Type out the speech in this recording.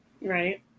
Right